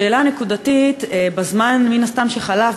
השאלה הנקודתית: בזמן שחלף,